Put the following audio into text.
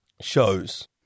Shows